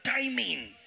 timing